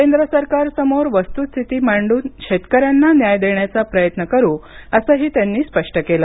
केंद्र सरकारसमोर वस्तुस्थिती मांडून शेतकऱ्यांना न्याय देण्याचा प्रयत्न करू असेही त्यांनी स्पष्ट केले